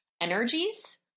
energies